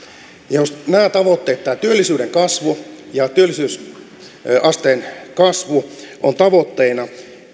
jos nämä tavoitteet tämä työllisyyden kasvu ja työllisyysasteen kasvu ovat tavoitteina